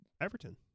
Everton